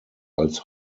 als